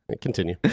Continue